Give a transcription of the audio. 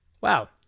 Wow